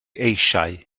eisiau